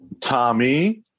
Tommy